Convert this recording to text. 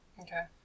Okay